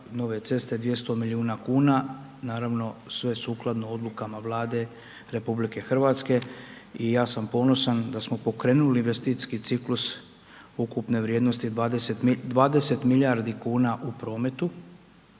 nove ceste 200 milijuna kuna, naravno sve sukladno odlukama Vlade RH i ja sam ponosan da smo pokrenuli investicijski ciklus ukupne vrijednosti 200 milijardi kuna u prometu,